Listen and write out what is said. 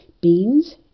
Beans